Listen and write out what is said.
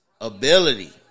ability